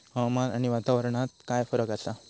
हवामान आणि वातावरणात काय फरक असा?